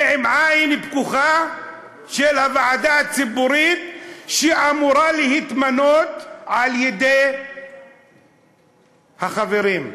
ועם עין פקוחה של הוועדה הציבורית שאמורה להתמנות על-ידי החברים.